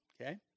okay